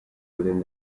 within